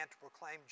proclaim